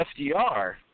FDR